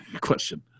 question